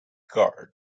guard